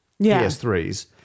PS3s